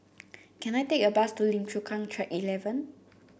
can I take a bus to Lim Chu Kang Track Eleven